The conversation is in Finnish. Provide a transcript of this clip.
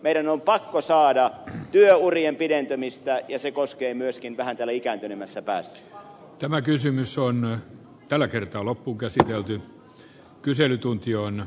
meidän on pakko saada työuria pidentymään ja se koskee myöskin vähätteli kääntelemässä päästi tämä kysymys on tällä kertaa loppuunkäsiteltyjä kyselytunti on